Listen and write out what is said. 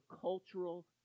cultural